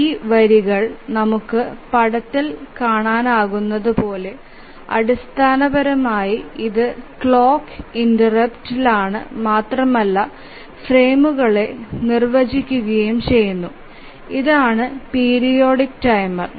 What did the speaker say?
ഈ വരികൾ നമുക്ക് പടത്തിൽ കാണാനാകുന്നതുപോലെ അടിസ്ഥാനപരമായി ഇതു ക്ലോക്ക് ഇന്റെര്പ്ട് ആണ് മാത്രമല്ല ഫ്രെയിമുകളെ നിർവചിക്കുകയും ചെയ്യുന്നു ഇതാണ് പീരിയോഡിക് ടൈമർ